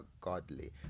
godly